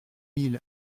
mille